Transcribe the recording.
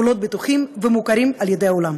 בגבולות בטוחים ומוכרים על ידי העולם.